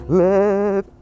let